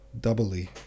doubly